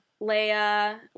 Leia